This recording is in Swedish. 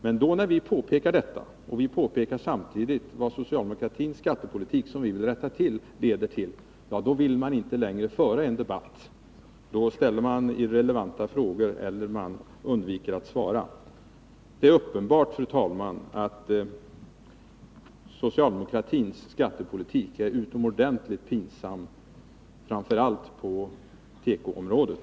Men när vi påpekar detta och samtidigt påpekar vad socialdemokratins skattepolitik, som vi vill rätta till, leder till, då vill man inte längre föra en debatt. Då ställer man irrelevanta frågor eller undviker att svara. Det är uppenbart, fru talman, att socialdemokratins skattepolitik är utomordentligt pinsam, framför allt på tekoområdet.